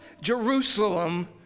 Jerusalem